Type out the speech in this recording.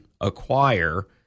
acquire